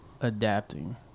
adapting